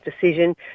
decision